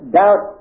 doubt